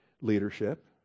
leadership